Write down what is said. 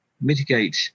mitigate